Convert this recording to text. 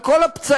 על כל הפצעים,